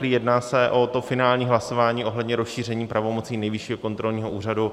Jedná se o to finální hlasování ohledně rozšíření pravomocí Nejvyššího kontrolního úřadu.